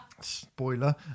spoiler